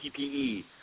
TPE